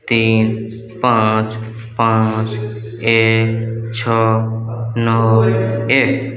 तीन पाँच पाँच एक छओ नओ एक